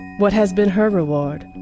what has been her reward?